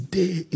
day